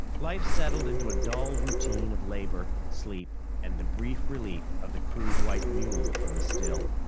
life settled into a dull routine of labor, sleep, and the brief relief of the crude white mule from the still.